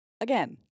Again